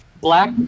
Black